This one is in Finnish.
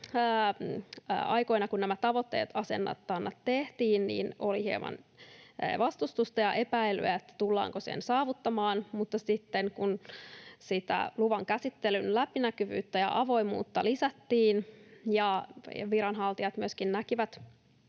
aikoina, kun nämä tavoiteasetannat tehtiin, oli hieman vastustusta ja epäilyä, tullaanko se saavuttamaan. Mutta sitten, kun sitä luvan käsittelyn läpinäkyvyyttä ja avoimuutta lisättiin ja viranhaltijat myöskin näkivät,